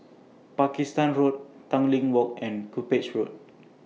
Pakistan Road Tanglin Walk and Cuppage Road